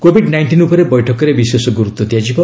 Covid nineteen ଉପରେ ବୈଠକରେ ବିଶେଷ ଗୁରୁତ୍ୱ ଦିଆଯିବ